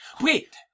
Wait